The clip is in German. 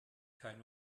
kein